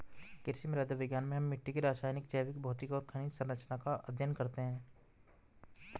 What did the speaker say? कृषि मृदा विज्ञान में हम मिट्टी की रासायनिक, जैविक, भौतिक और खनिज सरंचना का अध्ययन करते हैं